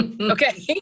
okay